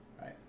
right